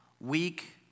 weak